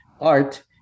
art